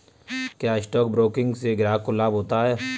क्या stock broking से ग्राहक को लाभ होता है?